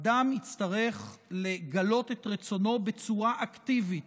אדם יצטרך לגלות את רצונו בצורה אקטיבית